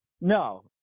No